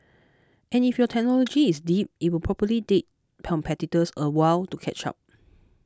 and if your technology is deep it will probably take competitors a while to catch up